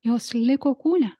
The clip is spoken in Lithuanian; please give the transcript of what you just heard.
jos liko kūne